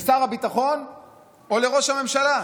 לשר הביטחון או לראש הממשלה?